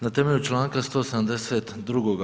Na temelju čl. 172.